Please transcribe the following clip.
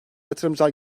yatırımcılar